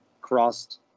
crossed